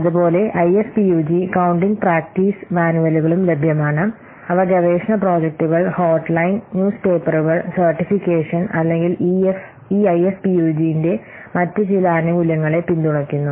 അതുപോലെ IFPUG counting practice മാനുവലുകളും ലഭ്യമാണ് അവ ഗവേഷണ പ്രോജക്ടുകൾ ഹോട്ട്ലൈൻ ന്യൂസ് പേപ്പറുകൾ സർട്ടിഫിക്കേഷൻ അല്ലെങ്കിൽ ഈ ഐഎഫ്പിയുജിന്റെ മറ്റ് ചില ആനുകൂല്യങ്ങളെ പിന്തുണയ്ക്കുന്നു